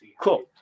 Cool